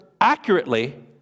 accurately